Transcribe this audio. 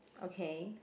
okay